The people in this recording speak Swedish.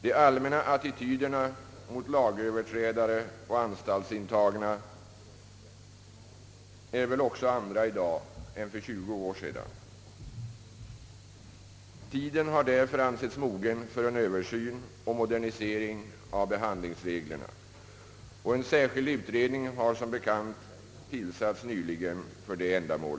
De allmänna attityderna mot lagöverträdare och anstaltsintagna är väl också andra i dag än för tjugo år sedan, Tiden har därför ansetts mogen för en översyn och modernisering av behandlingsreglerna. En särskild utredning har som bekant tillsatts för detta ändamål.